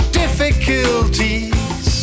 difficulties